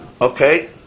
Okay